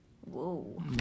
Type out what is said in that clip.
Whoa